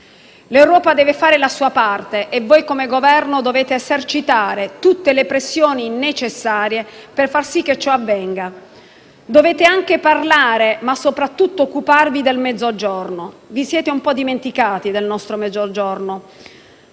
L'Europa deve fare la sua parte e voi, come Governo, dovete esercitare tutte le pressioni necessarie per far sì che ciò avvenga. Dovete anche parlare, ma soprattutto occuparvi del Mezzogiorno. Vi siete un po' dimenticati del nostro Mezzogiorno.